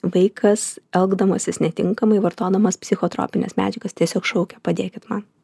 vaikas elgdamasis netinkamai vartodamas psichotropines medžiagas tiesiog šaukia padėkit man